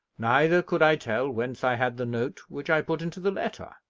neither could i tell whence i had the note which i put into the letter.